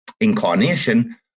Incarnation